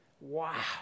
Wow